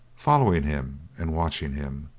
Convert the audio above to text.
following him and watching him.